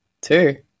Two